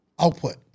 output